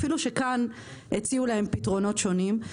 אפילו שכאן הציעו להם פתרונות שונים,